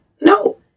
No